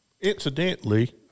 Incidentally